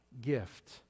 gift